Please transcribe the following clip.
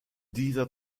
dieser